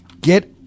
get